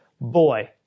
boy